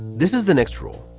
this is the next rule.